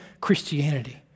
Christianity